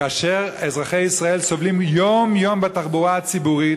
כאשר אזרחי ישראל סובלים יום-יום בתחבורה הציבורית,